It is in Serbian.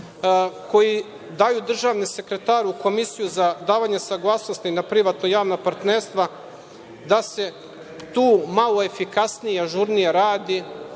koji daju državnom sekretaru komisiju za davanje saglasnosti na privatno-javna partnerstva da se tu malo efikasnije i ažurnije radi